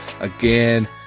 again